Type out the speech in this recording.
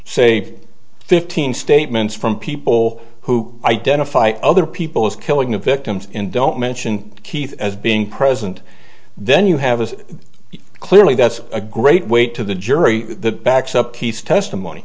say fifteen statements from people who identify other people as killing the victims and don't mention keith as being present then you have this clearly that's a great way to the jury backs up keith's testimony